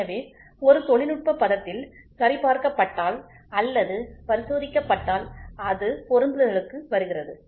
எனவே ஒரு தொழில்நுட்ப பதத்தில் சரிபார்க்கப்பட்டால் அல்லது பரிசோதிக்கப்பட்டால் அது பொருந்துதலுக்கு வருகிறது